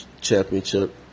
Championship